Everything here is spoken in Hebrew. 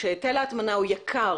כשהיטל ההטמנה הוא יקר